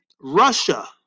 Russia